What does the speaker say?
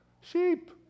Sheep